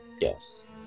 yes